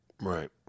Right